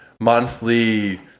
monthly